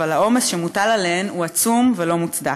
אבל העומס שמוטל עליהן הוא עצום ולא מוצדק.